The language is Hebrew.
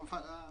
בבקשה.